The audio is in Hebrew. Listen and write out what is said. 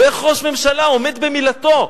ואיך ראש ממשלה עומד במילתו.